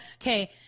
okay